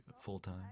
full-time